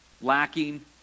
lacking